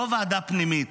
לא ועדה פנימית,